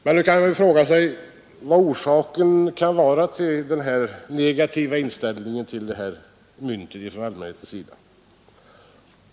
Men man kan fråga sig vad orsaken kan vara till denna negativa inställning från allmänhetens sida till det här myntet.